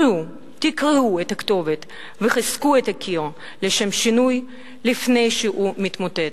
תקראו את הכתובת וחזקו את הקיר לשם שינוי לפני שהוא מתמוטט.